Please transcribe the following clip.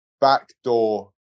backdoor